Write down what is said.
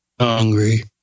hungry